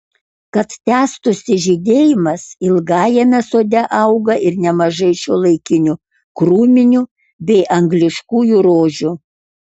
kad tęstųsi žydėjimas ilgajame sode auga ir nemažai šiuolaikinių krūminių bei angliškųjų rožių